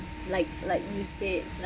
like like you said